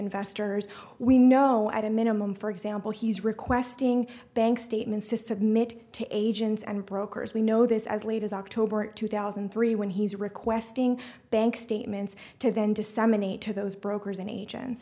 investors we know at a minimum for example he's requesting bank statements to submit to agents and brokers we know this as late as october two thousand and three when he's requesting bank statements to then disseminate to those brokers and agents